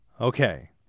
Okay